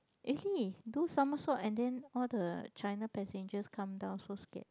really do somersault and then all the China passengers come down so scared